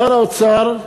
שר האוצר,